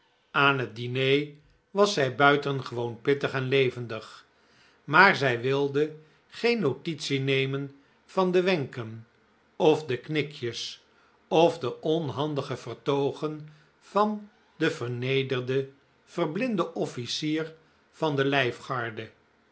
aan het diner was zij buitengewoon pittig en levendig maar zij wilde geen notitie nemen van de wenken of de knikjes of de onhandige vertoogen van den vernederden verblinden oflicier van de